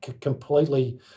completely